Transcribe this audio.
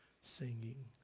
singing